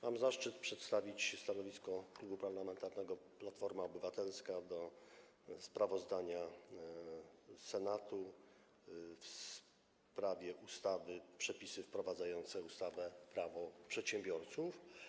Mam zaszczyt przedstawić stanowisko Klubu Parlamentarnego Platforma Obywatelska wobec sprawozdania komisji o uchwale Senatu w sprawie ustawy Przepisy wprowadzające ustawę Prawo przedsiębiorców.